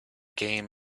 game